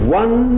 one